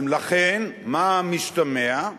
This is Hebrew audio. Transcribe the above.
לכן, מה המשתמע?